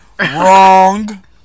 wrong